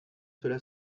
cela